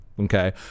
Okay